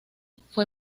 fue